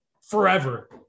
forever